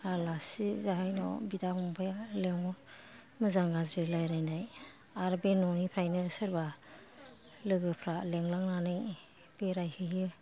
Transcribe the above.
आलासि जाहैनायाव बिदा फंबाया लेंहर मोजां गाज्रि रायलायनाय आरो बे न'निफ्रायनो सोरबा लोगोफ्रा लेंलांनानै बेरायहैयो